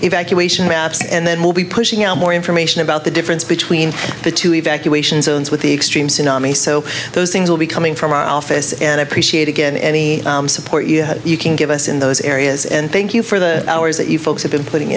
evacuation maps and then we'll be pushing out more information about the difference between the two evacuation zones with the extreme tsunami so those things will be coming from our office and i appreciate again any support you had you can give us in those areas and thank you for the hours that you folks have been putting